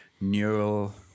neural